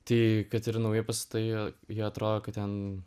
tai kad ir nauji pastatai jie atrodo kad ten